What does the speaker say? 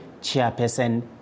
Chairperson